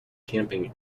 camping